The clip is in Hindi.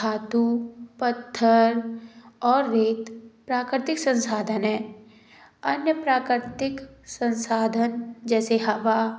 धातु पत्थर और रेत प्राकृतिक संसाधन हैं अन्य प्राकृतिक संसाधन जैसे हवा